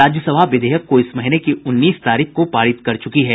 राज्यसभा विधेयक को इस महीने की उन्नीस तारीख को पारित कर चुकी है